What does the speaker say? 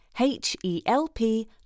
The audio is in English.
H-E-L-P